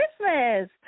Christmas